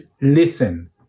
listen